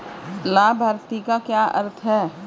लाभार्थी का क्या अर्थ है?